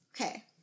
Okay